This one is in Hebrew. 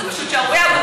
זה פשוט שערורייה.